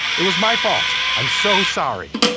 it was my fault. i'm so sorry.